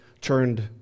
turned